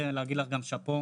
על זה להגיד לך גם שאפו,